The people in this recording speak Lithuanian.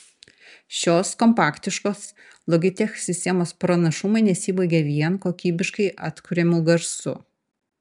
šios kompaktiškos logitech sistemos pranašumai nesibaigia vien kokybiškai atkuriamu garsu